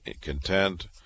content